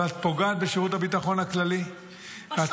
אבל את פוגעת בשירות הביטחון הכללי -- בשב"כ?